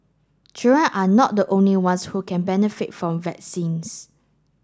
children are not the only ones who can benefit from vaccines